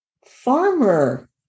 farmer